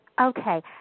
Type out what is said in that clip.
Okay